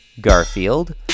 Garfield